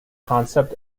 concept